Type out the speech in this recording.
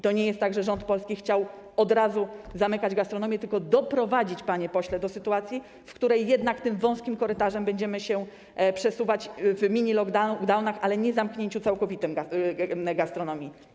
To nie jest tak, że rząd polski chciał od razu zamykać gastronomię, tylko chciał doprowadzić, panie pośle, do sytuacji, w której jednak tym wąskim korytarzem będziemy się przesuwać w minilockdownach, ale nie przy całkowitym zamknięciu gastronomii.